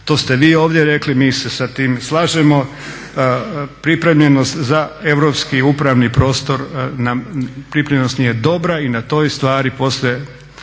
To ste vi ovdje rekli. Mi se sa tim slažemo. Pripremljenost za europski upravni prostor nam, pripremljenost nije dobra i na toj stvari poslije